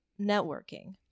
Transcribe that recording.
networking